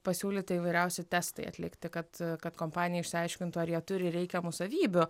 pasiūlyta įvairiausi testai atlikti kad kad kompanija išsiaiškintų ar jie turi reikiamų savybių